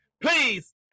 Please